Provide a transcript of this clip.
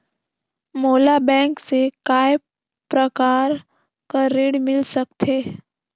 मोला बैंक से काय प्रकार कर ऋण मिल सकथे?